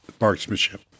marksmanship